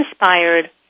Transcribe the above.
inspired